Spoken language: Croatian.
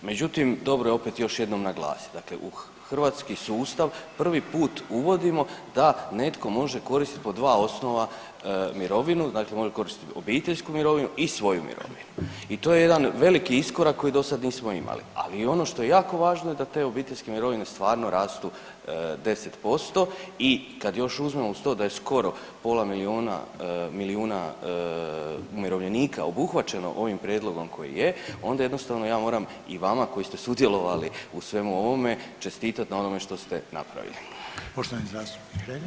Međutim, dobro je opet još jednom naglasiti, dakle hrvatski sustav prvi put uvodimo da netko može koristiti po dva osnova mirovinu, dakle može koristiti obiteljsku mirovinu i svoju mirovinu i to je jedan veliki iskorak koji dosad nismo imali, ali ono to je jako važno je da te obiteljske mirovine stvarno rastu 10% i kad još uzmemo uz to da je skoro pola milijuna umirovljenika obuhvaćeno ovim prijedlogom koji je, onda jednostavno ja moram i vama koji ste sudjelovali u svemu ovome, čestitati na onome što ste napravili.